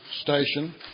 station